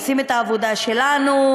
עושים את העבודה שלנו,